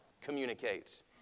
communicates